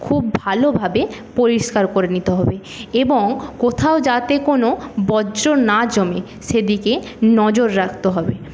খুব ভালোভাবে পরিষ্কার করে নিতে হবে এবং কোথাও যাতে কোন বর্জ্য না জমে সেই দিকে নজর রাখতে হবে